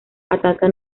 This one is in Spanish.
ataca